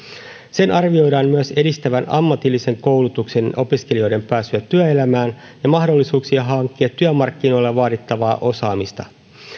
sen arvioidaan myös edistävän ammatillisen koulutuksen opiskelijoiden pääsyä työelämään ja mahdollisuuksia hankkia työmarkkinoilla vaadittavaa osaamista